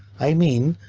i mean,